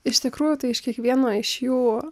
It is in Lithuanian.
iš tikrųjų tai iš kiekvieno iš jų